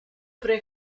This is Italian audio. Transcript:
pre